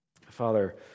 Father